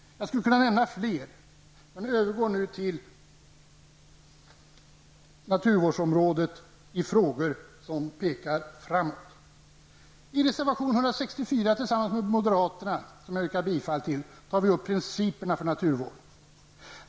Jag skulle kunna nämna fler, men jag övergår nu till att kommentera några av våra motioner på naturvårdsområdet som pekar framåt. I reservation 164, som vi har avgett tillsammans med moderaterna och som jag yrkar bifall till, tar vi upp principerna för naturvården.